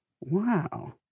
Wow